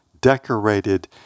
decorated